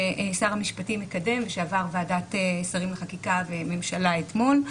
ששר המשפטים מקדם ושעבר ועדת שרים לחקיקה וממשלה אתמול,